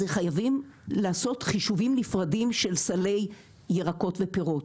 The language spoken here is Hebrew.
זה חייבים לעשות חישובים נפרדים של סליי ירקות ופירות,